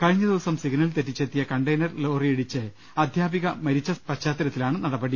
കഴിഞ്ഞ ദിവസം സിഗ്നൽ തെറ്റിച്ചെത്തിയ കണ്ടയ്നർ ലോറിയിടിച്ചു അധ്യാപിക മരിച്ച പശ്ചാത്തലത്തിലാണ് നടപടി